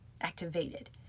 activated